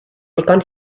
ddigon